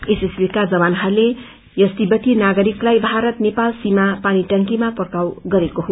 SSB का जवानहरूले यस तिब्बती नागरिकलाई भारत नेपाल सीमा पानीटेंकीमा पक्राउ गरेको हो